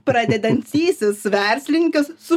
pradedantysis verslininkas su